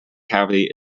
cavity